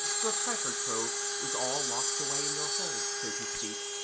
your treasure-trove is all locked away in your hold, so to speak,